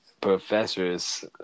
professors